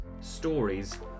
stories